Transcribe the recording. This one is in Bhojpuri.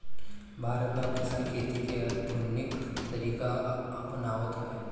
भारत में अब किसान खेती के आधुनिक तरीका अपनावत हवे